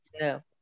No